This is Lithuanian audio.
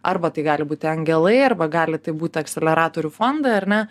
arba tai gali būti angelai arba gali tai būti akceleratorių fondai ar ne